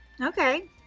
Okay